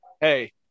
hey